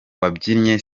wabyinnye